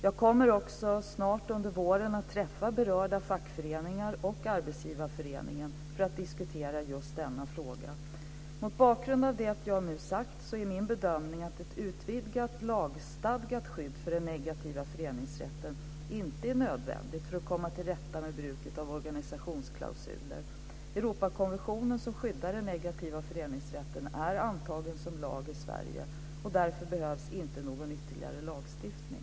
Jag kommer också snart under våren att träffa berörda fackföreningar och Svenska Arbetsgivareföreningen för att diskutera just denna fråga. Mot bakgrund av det jag nu sagt, är min bedömning att ett utvidgat lagstadgat skydd för den negativa föreningsrätten inte är nödvändigt för att komma till rätta med bruket av organisationsklausuler. Europakonventionen - som skyddar den negativa föreningsrätten - är antagen som lag i Sverige. Det behövs därför inte någon ytterligare lagstiftning.